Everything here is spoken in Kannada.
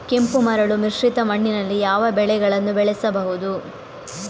ಕೆಂಪು ಮರಳು ಮಿಶ್ರಿತ ಮಣ್ಣಿನಲ್ಲಿ ಯಾವ ಬೆಳೆಗಳನ್ನು ಬೆಳೆಸಬಹುದು?